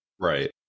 Right